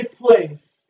place